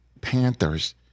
Panthers